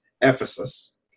Ephesus